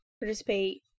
participate